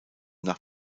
nach